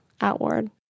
outward